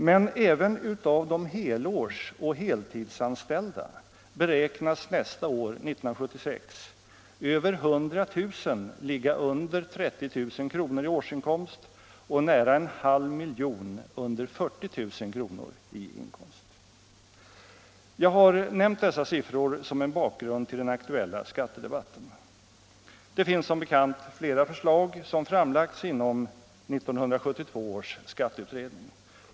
Men även av de helårsoch heltidsanställda beräknas nästa år, 1976, över 100 000 ligga under 30 000 kr. i årsinkomst och nära en halv miljon under 40 000 kr. Jag har nämnt dessa siffror som en bakgrund till den aktuella skattedebatten. Det finns som bekant flera förslag som framlagts inom 1972 års skatteutredning.